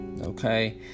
Okay